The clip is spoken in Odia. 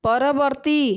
ପରବର୍ତ୍ତୀ